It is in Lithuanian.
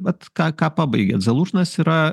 vat ką ką pabaigėt zalūžnas yra